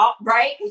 right